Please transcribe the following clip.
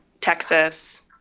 Texas